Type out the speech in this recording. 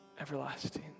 everlasting